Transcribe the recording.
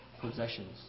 possessions